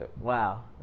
Wow